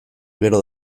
gero